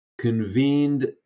convened